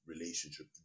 relationship